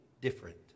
different